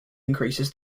increases